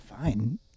Fine